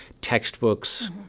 textbooks